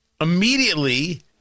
Immediately